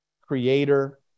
creator